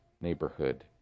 neighborhood